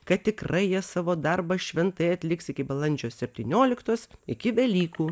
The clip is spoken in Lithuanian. kad tikrai jie savo darbą šventai atliks iki balandžio septynioliktos iki velykų